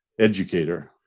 Educator